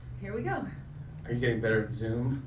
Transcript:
here we go. are you getting better at zoom?